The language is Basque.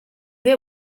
die